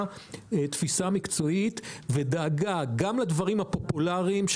ותפיסה מקצועית ודאגה גם לדברים הפופולריים,